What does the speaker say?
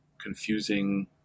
confusing